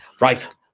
Right